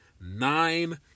nine